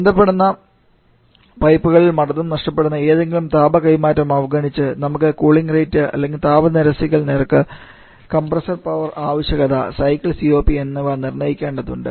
ബന്ധിപ്പിക്കുന്ന പൈപ്പുകളിലെ മർദ്ദം നഷ്ടപ്പെടുന്ന ഏതെങ്കിലും താപ കൈമാറ്റം അവഗണിച്ച് നമുക്ക് കൂളിംഗ് റേറ്റ് താപ നിരസിക്കൽ നിരക്ക് കംപ്രസർ പവർ ആവശ്യകത സൈക്കിൾ COP എന്നിവ നിർണ്ണയിക്കേണ്ടതുണ്ട്